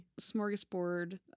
smorgasbord